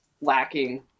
lacking